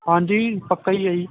ਹਾਂਜੀ ਪੱਕਾ ਹੀ ਆ ਜੀ